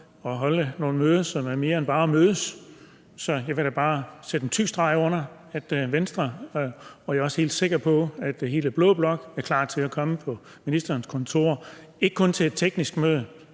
at holde nogle møder, som består af mere end bare at mødes, så jeg vil da bare sætte en tyk streg under, at Venstre – og hele blå blok, er jeg helt sikker på – er klar til at komme på ministerens kontor, ikke kun til et teknisk måde,